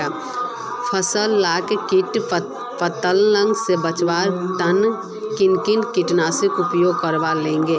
फसल लाक किट पतंग से बचवार तने किन किन कीटनाशकेर उपयोग करवार लगे?